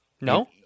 No